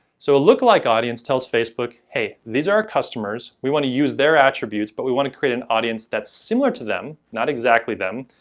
so a lookalike audience tells facebook, hey, these are our customers, we want to use their attributes but we want to create an audience that's similar to them, not exactly them,